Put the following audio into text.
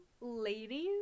Ladies